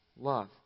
love